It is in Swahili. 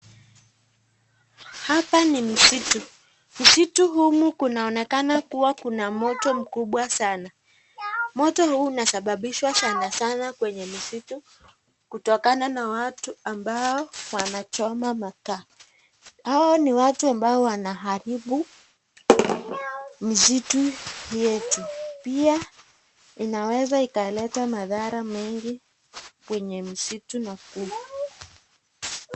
Hapa ni msitu. Msitu humu kunaonekana kuwa kuna moto mkubwa sana. Moto huu unasababishwa sana sana kwenye misitu kutokana na watu ambao wanachoma makaa. Hao ni watu ambao wanaharibu misitu yetu. Pia, inaweza ikaleta madhara mengi kwenye msitu na ku